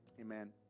amen